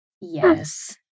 Yes